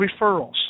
Referrals